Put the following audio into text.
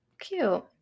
Cute